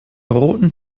roten